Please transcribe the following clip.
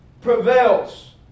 prevails